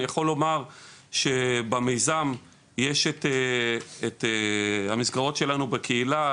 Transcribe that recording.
אני יכול לומר שבמיזם יש את המסגרות שלנו בקהילה,